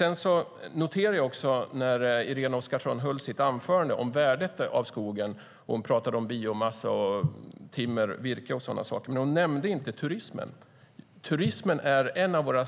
Jag noterade att när Irene Oskarsson höll sitt anförande om värdet av skogen - hon pratade om biomassa, timmer, virke och sådana saker - nämnde hon inte turismen. Turismen är en av våra